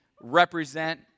represent